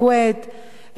כוויית,